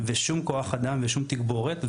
שום כוח אדם ושום תגבורת,